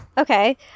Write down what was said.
Okay